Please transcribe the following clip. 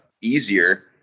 easier